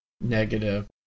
negative